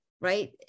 Right